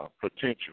potential